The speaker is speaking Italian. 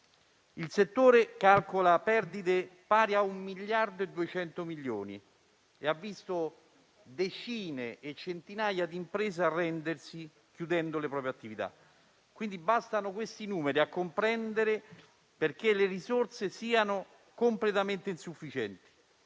Il settore calcola perdite pari a 1,2 miliardi di euro e ha visto decine e centinaia di imprese arrendersi, chiudendo le proprie attività. Bastano questi numeri a comprendere perché le risorse siano completamente insufficienti.